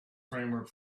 framework